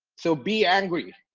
so be angry.